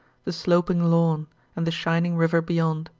the sloping lawn and the shining river beyond.